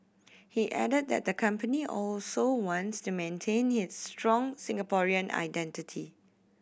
he added that the company also wants to maintain its strong Singaporean identity